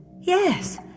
Yes